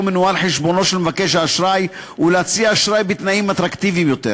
מנוהל חשבונו של מבקש האשראי ולהציע אשראי בתנאים אטרקטיביים יותר.